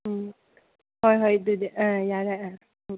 ꯎꯝ ꯍꯣꯏ ꯍꯣꯏ ꯑꯗꯨꯗꯤ ꯑꯥ ꯌꯥꯔꯦ ꯑꯥ ꯎꯝ